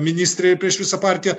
ministrę ir prieš visą partiją